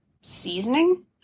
seasoning